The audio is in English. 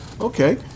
Okay